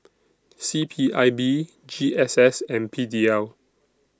C P I B G S S and P D L